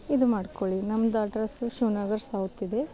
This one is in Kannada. ಇದು ಮಾಡ್ಕೊಳ್ಳಿ ನಮ್ದು ಅಡ್ರೆಸು ಶಿವ್ ನಗರ್ ಸೌತಿದೆ